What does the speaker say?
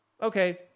Okay